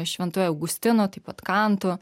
šventuoju augustinu taip pat kantu